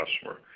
customer